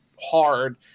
hard